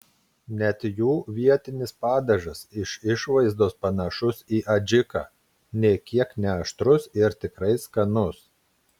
net jų vietinis padažas iš išvaizdos panašus į adžiką nė kiek neaštrus ir tikrai skanus